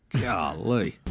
Golly